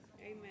Amen